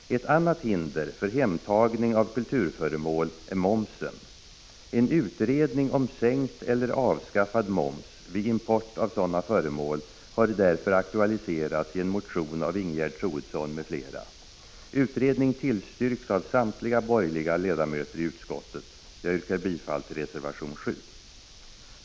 Ett annat hinder för hemtagning av kulturföremål är momsen. En utredning om sänkt eller avskaffad moms vid import av sådana föremål har därför aktualiserats i en motion av Ingegerd Troedsson m.fl. Utredningen tillstyrks av samtliga borgerliga ledamöter i utskottet. Jag yrkar bifall till reservation 7.